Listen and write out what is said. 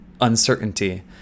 uncertainty